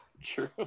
True